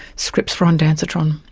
scripts for ondansetron,